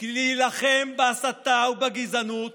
כי להילחם בהסתה ובגזענות